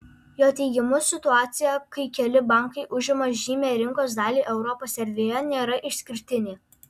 jo teigimu situacija kai keli bankai užima žymią rinkos dalį europos erdvėje nėra išskirtinė